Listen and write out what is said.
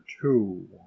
two